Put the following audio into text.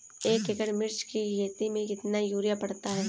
एक एकड़ मिर्च की खेती में कितना यूरिया पड़ता है?